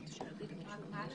מילגם,